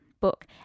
book